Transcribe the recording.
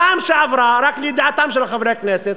בפעם שעברה, רק לידיעתם של חברי הכנסת